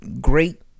great